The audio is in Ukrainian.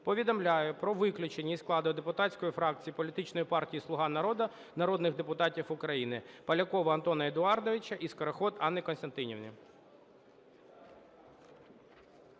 повідомляю про виключення із складу депутатської фракції політичної партії "Слуга народу" народних депутатів України: